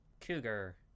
cougar